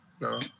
No